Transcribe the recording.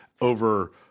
over